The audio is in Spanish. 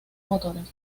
motores